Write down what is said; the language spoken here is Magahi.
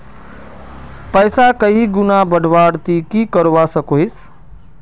पैसा कहीं गुणा बढ़वार ती की करवा सकोहिस?